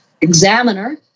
examiner